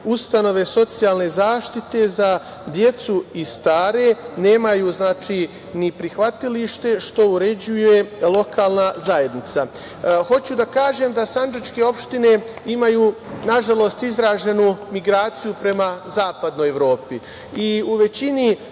ustanove socijalne zaštite za decu i stare, nemaju ni prihvatilište, što uređuje lokalna zajednica. Hoću da kažem da sandžačke opštine imaju, nažalost, izraženu migraciju prema zapadnoj Evropi.